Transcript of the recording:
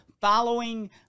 following